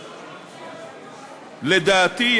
לדעתי,